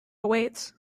awaits